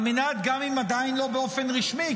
גם אם עדיין לא באופן רשמי,